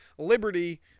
Liberty